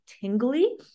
tingly